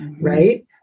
right